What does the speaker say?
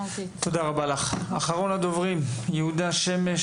אחרון הדוברים יהודה שמש,